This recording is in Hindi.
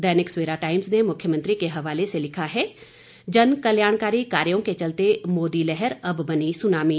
दैनिक सवेरा टाइम्स ने मुख्यमंत्री के हवाले से लिखा है जन कल्याणकारी कार्यों के चलते मोदी लहर अब बनी सुनामी